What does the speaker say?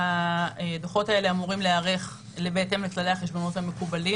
הדוחות האלה אמורים להיערך בהתאם לכללי החשבונאות המקובלים